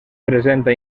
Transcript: presenta